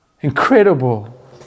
incredible